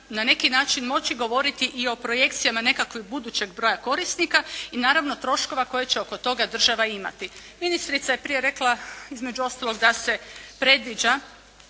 na neki način moći govoriti i o projekcijama nekakvog budućeg broja korisnika i naravno troškova koje će oko toga država imati. Ministrica je prije rekla između ostalog da se predviđa